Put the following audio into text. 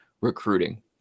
recruiting